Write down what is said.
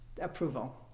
approval